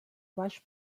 baix